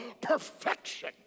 perfection